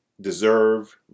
deserve